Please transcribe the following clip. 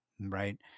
Right